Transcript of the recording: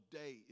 day